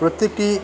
প্রত্যেকেটি